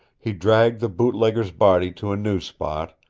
he dragged the boot-legger's body to a new spot,